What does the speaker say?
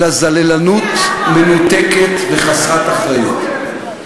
אלא זללנות מנותקת וחסרת אחריות.